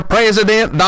President